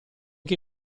che